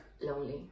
lonely